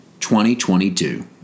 2022